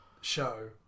show